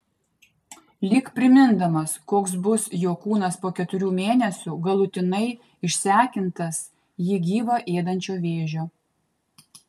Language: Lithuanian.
lyg primindamas koks bus jo kūnas po keturių mėnesių galutinai išsekintas jį gyvą ėdančio vėžio